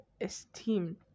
esteem